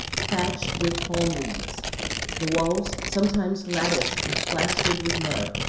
thatched with palm-leaves the walls sometimes latticed and plastered with mud,